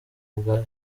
bwa